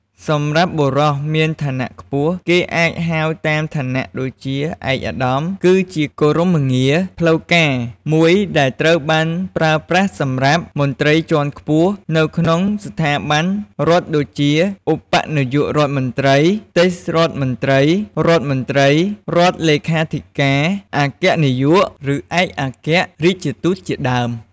សម្រាប់បុរសមានឋានៈខ្ពស់ គេអាចហៅតាមឋានៈដូចជា "ឯកឧត្តម" គឺជាគោរមងារផ្លូវការមួយដែលត្រូវបានប្រើប្រាស់សម្រាប់ មន្ត្រីជាន់ខ្ពស់ នៅក្នុងស្ថាប័នរដ្ឋដូចជា ឧបនាយករដ្ឋមន្ត្រី ទេសរដ្ឋមន្ត្រី រដ្ឋមន្ត្រី រដ្ឋលេខាធិការ អគ្គនាយក ឬឯកអគ្គរាជទូតជាដើម។។